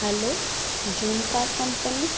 hello zoom car company